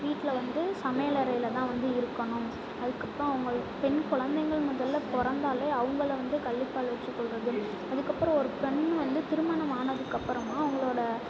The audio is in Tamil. வீட்டில் வந்து சமையல் அறையில்தான் வந்து இருக்கணும் அதுக்கு அப்புறம் அவங்கள் பெண் குழந்தைங்கள் முதலில் பிறந்தாலே அவங்கள வந்து கள்ளிப்பால் ஊற்றி கொல்வதும் அதுக்கு அப்புறம் ஒரு பெண் வந்து திருமணம் ஆனதுக்கு அப்புறமா அவங்களோட